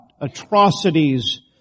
Atrocities